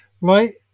right